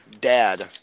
dad